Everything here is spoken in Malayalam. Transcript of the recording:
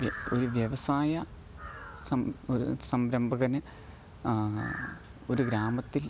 ഒരു വ്യവസായ സം ഒരു സംരംഭകന് ഒരു ഗ്രാമത്തില്